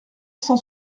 cent